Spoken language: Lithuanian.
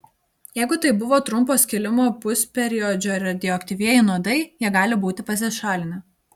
jeigu tai buvo trumpo skilimo pusperiodžio radioaktyvieji nuodai jie gali būti pasišalinę